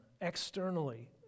externally